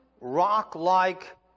rock-like